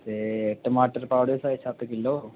ते टमाटर पाई ओड़ो कोई छे सत्त किलो